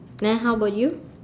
then how about you